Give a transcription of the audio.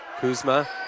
Kuzma